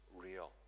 real